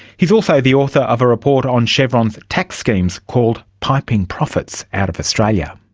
he is also the author of a report on chevron's tax schemes called piping profits out of australia.